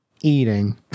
eating